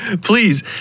Please